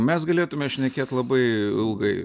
mes galėtume šnekėt labai ilgai